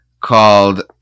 called